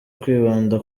kwibanda